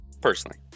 personally